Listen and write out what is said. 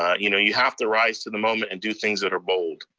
ah you know you have to rise to the moment and do things that are bold,